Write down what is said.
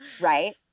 right